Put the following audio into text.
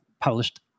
published